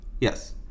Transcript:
Yes